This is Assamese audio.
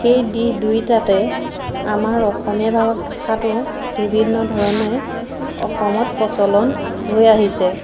সেই দিশ দুইটাতে আমাৰ অসমীয়া ভাষা ভাষাটো বিভিন্ন ধৰণে অসমত প্ৰচলন হৈ আহিছে